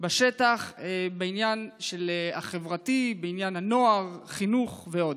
בשטח בעניין החברתי, בעניין הנוער, חינוך ועוד?